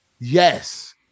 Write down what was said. yes